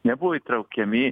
nebuvo įtraukiami